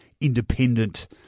independent